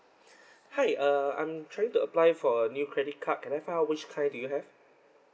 hi uh I'm trying to apply for a new credit card can I find out which kind do you have